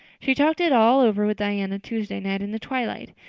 she talked it all over with diana tuesday night in the twilight,